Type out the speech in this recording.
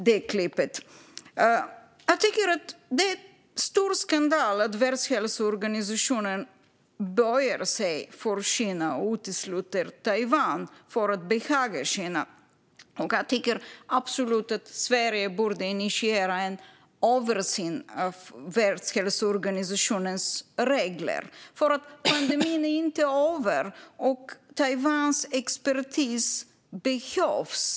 Jag tycker att det är en stor skandal att Världshälsoorganisationen böjer sig för Kina och utesluter Taiwan för att behaga Kina. Jag tycker absolut att Sverige borde initiera en översyn av Världshälsoorganisationens regler, för pandemin är inte över, och Taiwans expertis behövs.